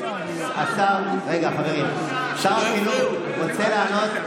רגע, חברים, שר החינוך רוצה לענות.